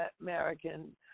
American